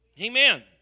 Amen